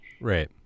right